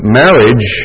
marriage